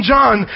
John